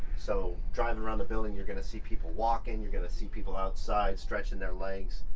so driving around the building you're gonna see people walking, you're gonna see people outside stretching their legs,